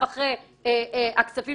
לאן הכספים הלכו ואף אחד לא עקב אחרי הכספים